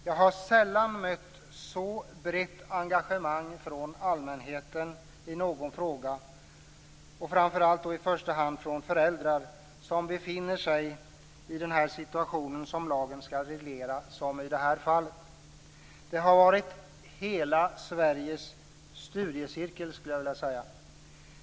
Jag har sällan mött ett så brett engagemang från allmänheten, framför allt från föräldrar som befinner sig i den situation som lagen skall reglera, som i det här fallet. Det har varit hela Sveriges studiecirkel, skulle jag vilja säga.